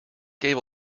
gave